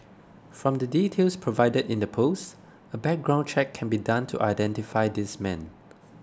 from the details provided in the post a background check can be done to identify this man